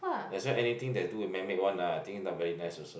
that's why anything that do with man made one ah I think not very nice also